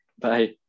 bye